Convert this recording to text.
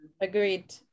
agreed